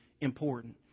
important